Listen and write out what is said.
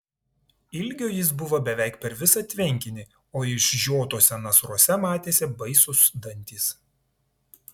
ilgio jis buvo beveik per visą tvenkinį o išžiotuose nasruose matėsi baisūs dantys